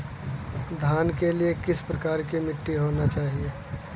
धान के लिए किस प्रकार की मिट्टी होनी चाहिए?